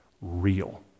real